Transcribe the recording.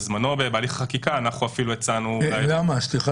בזמנו בהליך החקיקה אנחנו אפילו הצענו --- סליחה,